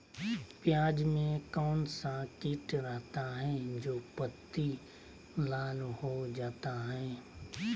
प्याज में कौन सा किट रहता है? जो पत्ती लाल हो जाता हैं